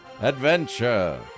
adventure